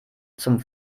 zum